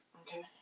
Okay